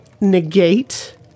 negate